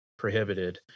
prohibited